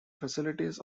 facilities